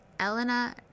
Elena